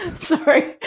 Sorry